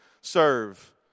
serve